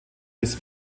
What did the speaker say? miss